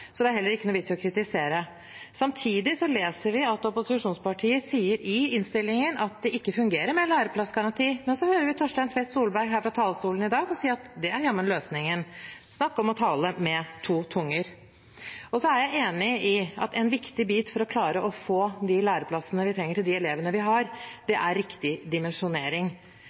så det er det heller ikke noen vits i å kritisere. Samtidig leser vi at opposisjonspartiene sier i innstillingen at det ikke fungerer med en læreplassgaranti, men så hører vi representanten Tvedt Solberg si på talerstolen her i dag at det er jammen løsningen. Snakk om å tale med to tunger. Jeg er enig i at en viktig bit for å klare å få de læreplassene vi trenger til de elevene vi har, er riktig dimensjonering.